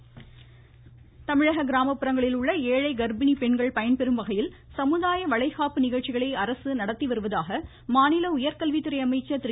அன்பழகன் தமிழக கிராமப்புறங்களில் உள்ள ஏழை கர்ப்பிணி பெண்கள் பயன்பெறும் வகையில் சமுதாய வளைகாப்பு நிகழ்ச்சிகளை அரசு நடத்தி வருவதாக மாநில உயர்கல்வித்துறை அமைச்சர் திரு